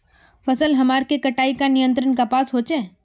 फसल हमार के कटाई का नियंत्रण कपास होचे?